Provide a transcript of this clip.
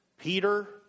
Peter